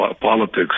Politics